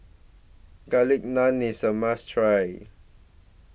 Garlic Naan IS A must Try